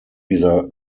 dieser